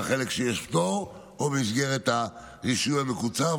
בחלק שיש פטור, או במסגרת הרישוי המקוצר.